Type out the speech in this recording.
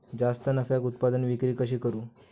जास्त नफ्याक उत्पादन विक्री कशी करू?